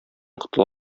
котыла